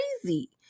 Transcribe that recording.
crazy